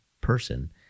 person